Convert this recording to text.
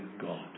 God